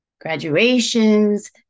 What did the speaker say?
graduations